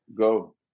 Go